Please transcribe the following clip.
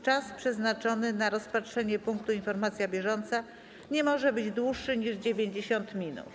Czas przeznaczony na rozpatrzenie punktu: Informacja bieżąca nie może być dłuższy niż 90 minut.